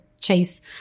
Chase